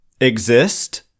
exist